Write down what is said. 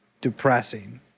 depressing